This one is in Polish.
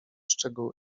szczegóły